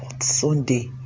sunday